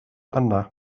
yna